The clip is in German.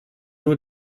nur